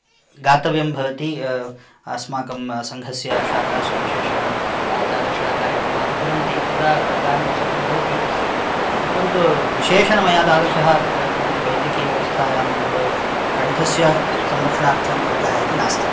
गातव्यं भवति अस्माकं सङ्घस्य शाखासु विशेषेण तादृशकार्यक्रमाः भवन्ति तदा गानं सर्वं भवति परन्तु विशेषेण मया तादृशः वैद्यकीयव्यवस्थायां कण्ठस्य संरक्षणार्थं कृतः इति नास्ति